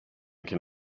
can